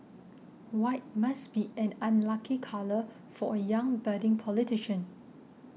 white must be an unlucky colour for a young budding politician